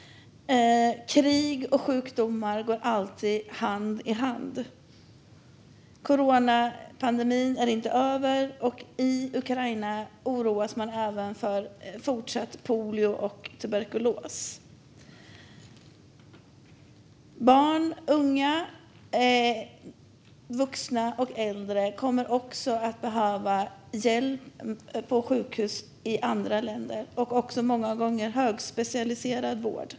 Krig och sjukdomar går alltid hand i hand. Coronapandemin är inte över, och i Ukraina oroar man sig även över fortsatt polio och tuberkulos. Barn, unga, vuxna och äldre kommer att behöva hjälp på sjukhus i andra länder - många gånger även högspecialiserad vård.